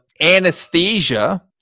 anesthesia